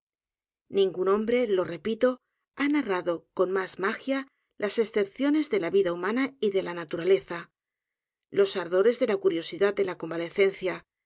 r e lo repito ha narrado con más magia las excepciones de la vida humana y de la naturaleza los ardores de la curiosidad de la convalecencia